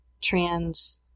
trans